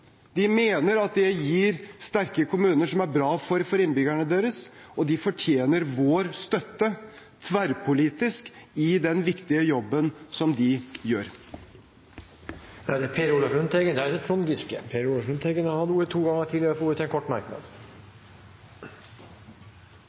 De mener at det gir sterke kommuner som er bra for innbyggerne, og de fortjener vår støtte – tverrpolitisk – i den viktige jobben de gjør. Representanten Per Olaf Lundteigen har hatt ordet to ganger tidligere og får ordet til en kort merknad,